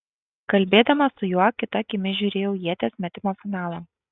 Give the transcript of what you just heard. kalbėdama su juo kita akimi žiūrėjau ieties metimo finalą